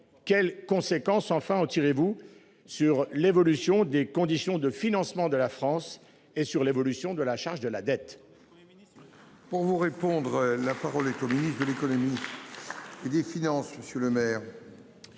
Quelles conséquences enfin en tirez-vous sur l'évolution des conditions de financement de la France et sur l'évolution de la charge de la dette.